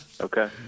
Okay